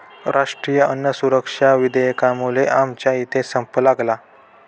राष्ट्रीय अन्न सुरक्षा विधेयकामुळे आमच्या इथे संप लागला